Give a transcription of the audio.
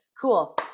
cool